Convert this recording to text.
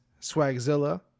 swagzilla